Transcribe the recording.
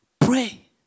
pray